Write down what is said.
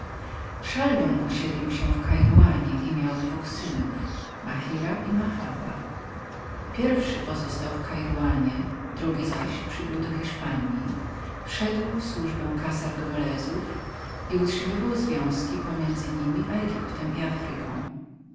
szallum osiedlił się w kairawanie i miał dwóch synów mahira i mahaba pierwszy pozostał w kairawanie drugi zaś przybył do hiszpanji wszedł w służbę kassar gomelezów i utrzymywał związki pomiędzy nimi a egiptem i afryką